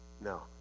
No